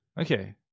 Okay